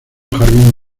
jardín